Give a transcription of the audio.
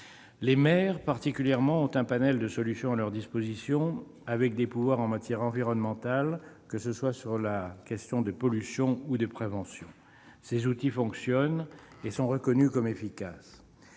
Les maires particulièrement ont un panel de solutions à leur disposition avec des pouvoirs en matière environnementale, qu'il s'agisse de pollution ou de prévention. Ces outils fonctionnent et sont reconnus comme efficaces.